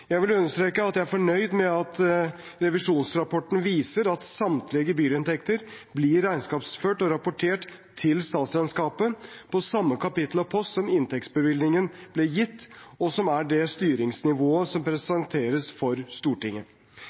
Jeg vil understreke at jeg er fornøyd med at revisjonsrapporten viser at samtlige gebyrinntekter blir regnskapsført og rapportert til statsregnskapet på samme kapittel og post som inntektsbevilgningen blir gitt, og som er det styringsnivået som presenteres for Stortinget.